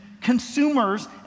consumers